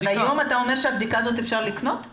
זאת אומרת אתה אומר שהיום אפשר לקנות את הבדיקה הזאת?